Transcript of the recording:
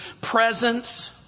presence